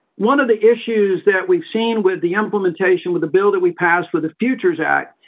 one of the issues that we've seen with the implementation, with the bill that we passed for the futures act,